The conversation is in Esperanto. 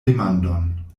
demandon